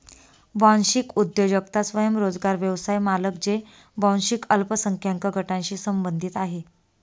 वांशिक उद्योजकता स्वयंरोजगार व्यवसाय मालक जे वांशिक अल्पसंख्याक गटांशी संबंधित आहेत